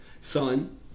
son